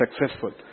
successful